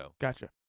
Gotcha